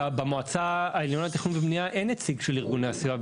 במועצה העליונה לתכנון ובנייה אין נציג של ארגוני הסביבה,